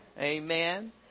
Amen